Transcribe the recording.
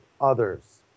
others